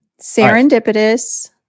serendipitous